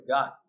God